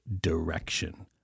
direction